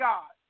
God